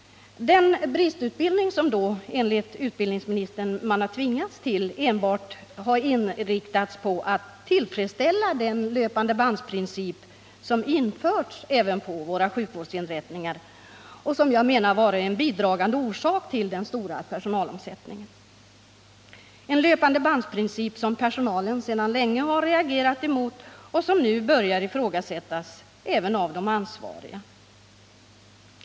Den bristutbildning som man enligt utbildningsministern då har tvingats till har enbart inriktats på den löpande-band-princip som införts även på våra sjukvårdsinrättningar och som jag menar varit en bidragande orsak till den stora personalomsättningen, en löpande-band-princip som personalen sedan länge reagerat emot och som nu börjar ifrågasättas även av de ansvariga.